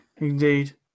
Indeed